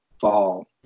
fall